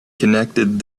connected